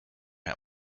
him